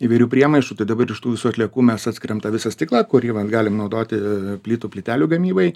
įvairių priemaišų tai dabar iš tų visų atliekų mes atskiriam tą visą stiklą kurį mes galim naudoti plytų plytelių gamybai